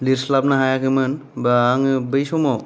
लिरस्लाबनो हायाखैमोन बा आङो बै समाव